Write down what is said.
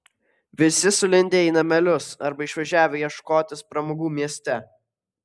visi sulindę į namelius arba išvažiavę ieškotis pramogų mieste